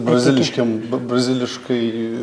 braziliškiem braziliškai